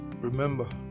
Remember